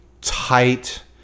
tight